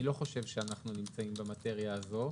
אני לא חושב שאנו נמצאים במטריה הזאת.